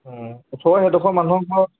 ওচৰৰ সেইডোখৰ মানুহৰ ঘৰ